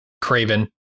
Craven